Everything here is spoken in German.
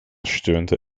stöhnte